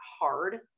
hard